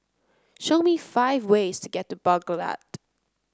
show me five ways to get to Baghdad